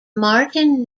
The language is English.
martin